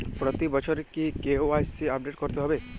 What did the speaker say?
প্রতি বছরই কি কে.ওয়াই.সি আপডেট করতে হবে?